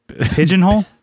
Pigeonhole